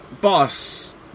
boss